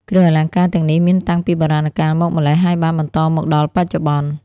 គ្រឿងអលង្ការទាំងនេះមានតាំងពីបុរាណកាលមកម្ល៉េះ ហើយបានបន្តមកដល់បច្ចុប្បន្ន។